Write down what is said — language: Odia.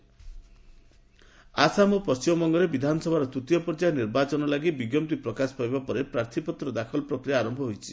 ଆସାମ ପଶ୍ଚିମବଙ୍ଗ ଆସାମ ଓ ପଶ୍ଚିମବଙ୍ଗରେ ବିଧାନସଭାର ତୃତୀୟ ପର୍ଯ୍ୟାୟ ନିର୍ବାଚନ ଲାଗି ବିଜ୍ଞପ୍ତି ପ୍ରକାଶ ପାଇବା ପରେ ପ୍ରାର୍ଥିପତ୍ର ଦାଖଲ ପ୍ରକ୍ରିୟା ଆରମ୍ଭ ହୋଇଛି